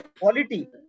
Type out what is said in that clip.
quality